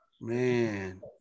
Man